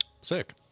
Sick